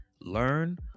learn